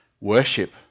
worship